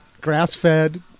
grass-fed